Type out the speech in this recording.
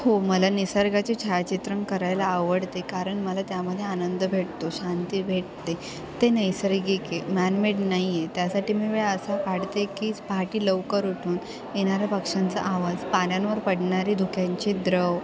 हो मला निसर्गाचे छायाचित्रण करायला आवडते कारण मला त्यामध्ये आनंद भेटतो शांती भेटते ते नैसर्गिक आहे मॅनमेड नाही आहे त्यासाठी मी वेळ असा काढते की पहाटे लवकर उठून येणाऱ्या पक्ष्यांचा आवाज पाण्यांवर पडणारे धुक्यांचे द्रव